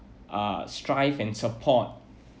uh strive and support